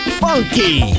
funky